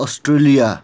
Australia